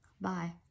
Bye